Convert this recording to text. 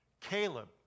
Caleb